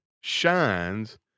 shines